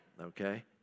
Okay